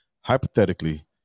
hypothetically